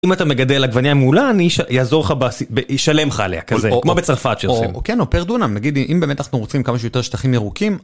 אם אתה מגדל עגבניה מעולה אני אעזור לך ב... ישלם לך עליה כזה כמו בצרפת שלכם. או כן או פר דונם נגיד אם באמת אנחנו רוצים כמה שיותר שטחים ירוקים.